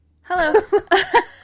Hello